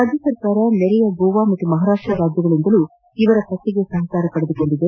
ರಾಜ್ಯ ಸರ್ಕಾರ ನೆರೆಯ ಗೋವಾ ಮತ್ತು ಮಹಾರಾಷ್ಟ ರಾಜ್ಯಗಳಿಂದಲೂ ಇವರ ಪತ್ತೆಗೆ ಸಹಕಾರ ಪಡೆದುಕೊಂಡಿದೆ